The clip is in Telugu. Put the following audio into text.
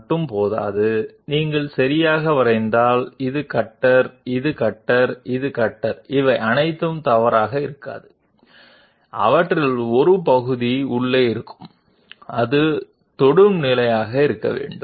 కేవలం CC పాయింట్ ని ఇస్తే సరిపోదు మేము మీకు CC పాయింట్ల శ్రేణిని ఇస్తే మరియు ఇది కట్టర్ ఇది కట్టర్ ఇది కట్టర్ ఇవన్నీ తప్పు కాదు వాటిలో కొంత భాగం లోపల ఉన్నాయి అది హత్తుకునే స్థితిలో ఉండాలి